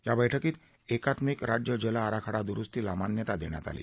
या बैठकीत एकात्मिक राज्य जल आराखडा द्रुस्तीस मान्यता देण्यात आली